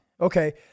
Okay